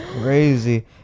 crazy